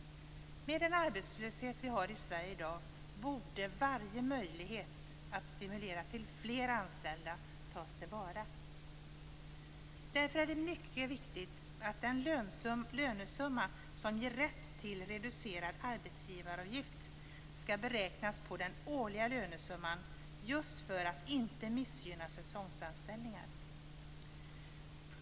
Med den arbetslöshet vi har i Sverige i dag borde varje möjlighet att stimulera till fler anställda tas till vara. Därför är det mycket viktigt att den lönesumma som ger rätt till reducerad arbetsgivaravgift skall beräknas på den årliga lönesumman, just för att inte missgynna säsongsanställningar.